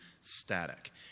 static